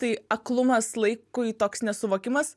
tai aklumas laikui toks nesuvokimas